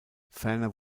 ferner